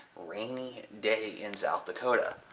rainy day in south dakota.